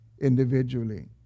individually